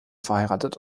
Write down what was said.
verheiratet